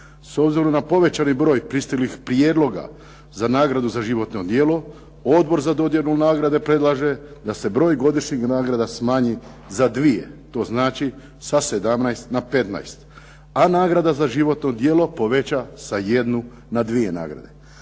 S obzirom na povećani broj pristiglih prijedloga za nagradu za životno djelo, Odbor za dodjelu nagrade predlaže da se broj godišnjih nagrada smanji za dvije, to znači sa 17 na 15, a nagrada za životno djelo poveća sa 1 na 2 nagrade.